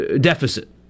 deficit